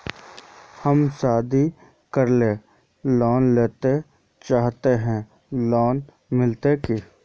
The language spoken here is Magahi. हम शादी करले लोन लेले चाहे है लोन मिलते की?